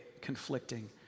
conflicting